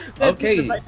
Okay